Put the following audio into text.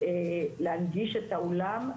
להנגיש את האולם,